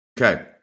Okay